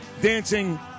dancing